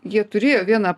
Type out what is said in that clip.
jie turėjo vieną